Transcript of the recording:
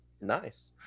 Nice